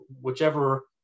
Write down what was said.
whichever